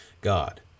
God